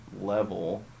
level